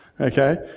okay